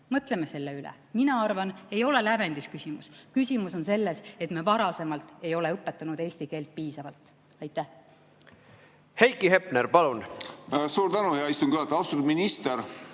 Mõtleme selle üle. Mina arvan, et ei ole lävendis küsimus. Küsimus on selles, et me varasemalt ei ole õpetanud eesti keelt piisavalt. Aitäh!